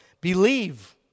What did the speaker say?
believe